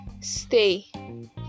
stay